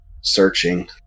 searching